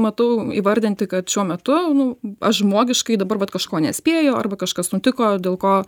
matau įvardinti kad šiuo metu nu aš žmogiškai dabar vat kažko nespėju arba kažkas nutiko dėl ko